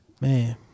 Man